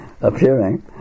appearing